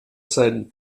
seinen